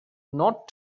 not